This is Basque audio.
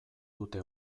dute